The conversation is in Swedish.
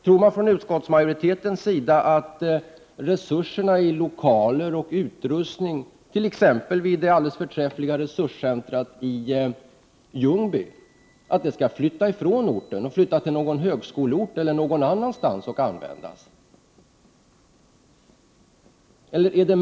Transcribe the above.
Tror utskottsmajoriteten att resurserna i lokaler och utrustning, t.ex. vid det alldeles förträffliga resurscentret i Ljungby, skall flytta ifrån orten till någon högskoleort eller någon annanstans och användas där?